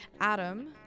Adam